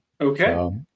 okay